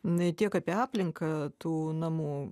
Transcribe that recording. n tiek apie aplinką tų namų